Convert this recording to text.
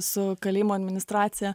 su kalėjimo administracija